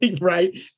right